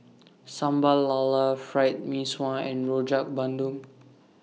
Sambal Lala Fried Mee Sua and Rojak Bandung